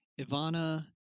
Ivana